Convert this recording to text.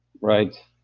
right